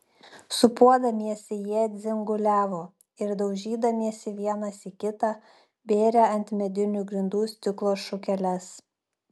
sūpuodamiesi jie dzinguliavo ir daužydamiesi vienas į kitą bėrė ant medinių grindų stiklo šukeles